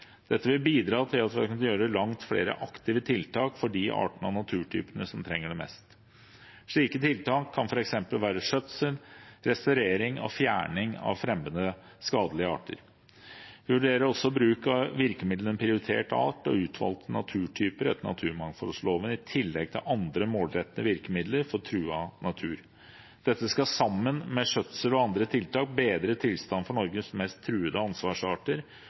Dette vil bidra til at vi kan gjøre langt flere aktive tiltak for de artene og naturtypene som trenger det mest. Slike tiltak kan f.eks. være skjøtsel, restaurering og fjerning av fremmede skadelige arter. Vi vurderer også bruk av virkemidlene prioritert art og utvalgte naturtyper etter naturmangfoldloven i tillegg til andre målrettede virkemidler for truet natur. Dette skal sammen med skjøtsel og andre tiltak bedre tilstanden for Norges mest truede ansvarsarter